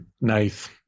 Nice